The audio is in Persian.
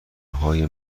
های